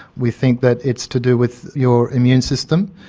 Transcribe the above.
we think that it's to do with your immune system.